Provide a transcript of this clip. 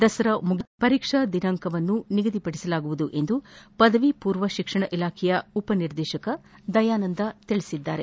ದಸರಾ ಮುಂಗಿದ ನಂತರ ಪರೀಕ್ಷಾ ದಿನಾಂಕ ನಿಗದಿಪಡಿಸಲಾಗುವುದು ಎಂದು ಪದವಿ ಪೂರ್ವ ಶಿಕ್ಷಣ ಇಲಾಖೆಯ ಉಪನಿರ್ದೇಶಕ ದಯಾನಂದ ತಿಳಿಸಿದ್ದಾರೆ